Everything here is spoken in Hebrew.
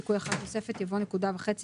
גם זו יחד עם הרשימה המשותפת: מטרת החוק